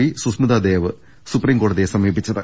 P Susmita Dev സുപ്രീംകോടതിയെ സമീപിച്ചത്